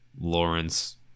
Lawrence